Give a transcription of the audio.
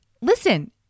Listen